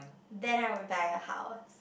then I would buy a house